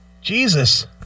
Jesus